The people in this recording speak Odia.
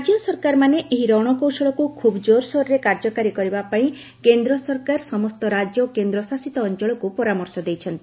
ରାଜ୍ୟ ସରକାରମାନେ ଏହି ରଣକୌଶଳକୁ ଖୁବ୍ ଜୋରସୋରରେ କାର୍ଯ୍ୟକାରୀ କରିବା ପାଇଁ କେନ୍ଦ୍ର ସରକାର ସମସ୍ତ ରାଜ୍ୟ ଓ କେନ୍ଦ୍ରଶାସିତ ଅଞ୍ଚଳକୁ ପରାମର୍ଶ ଦେଇଛନ୍ତି